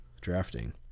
drafting